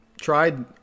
tried